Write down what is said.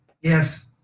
Yes